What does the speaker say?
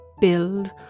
build